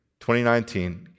2019